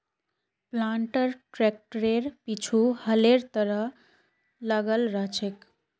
planter ट्रैक्टरेर पीछु हलेर तरह लगाल रह छेक